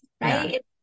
right